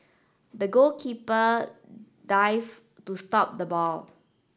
the goalkeeper dive to stop the ball